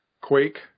Quake